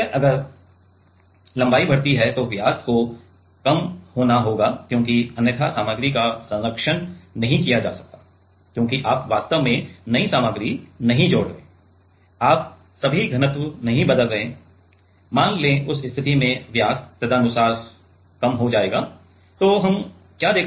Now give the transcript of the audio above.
इसलिए अगर लंबाई बढ़ती है तो व्यास को कम होना होगा क्योंकि अन्यथा सामग्री का संरक्षण नहीं किया जा सकता क्योंकि आप वास्तव में नई सामग्री नहीं जोड़ रहे हैं आप सभी घनत्व नहीं बदल रहे हैं मान लें कि उस स्थिति में व्यास तदनुसार कम हो जाएगा